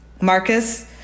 Marcus